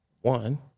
one